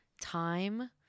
time